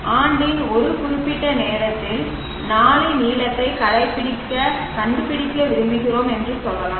ஆண்டின் ஒரு குறிப்பிட்ட நேரத்தில் நாளின் நீளத்தைக் கண்டுபிடிக்க விரும்புகிறோம் என்று சொல்லலாம்